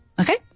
Okay